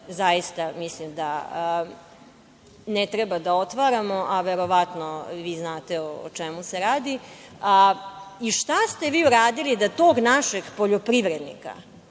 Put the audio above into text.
zaista mislim da ne treba da otvaramo, a vi verovatno o čemu se radi. Šta ste vi uradili da tog našeg poljoprivrednika